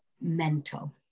mental